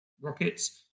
rockets